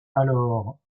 alors